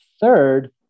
third